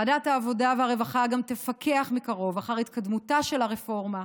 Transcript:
ועדת העבודה והרווחה תפקח מקרוב אחר התקדמותה של הרפורמה,